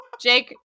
Jake